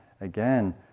again